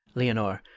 leonore,